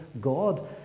God